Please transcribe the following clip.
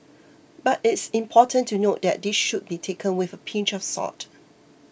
but it's important to note that this should be taken with a pinch of salt